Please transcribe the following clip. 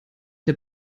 der